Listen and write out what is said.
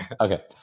Okay